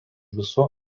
visų